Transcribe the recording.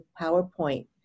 PowerPoint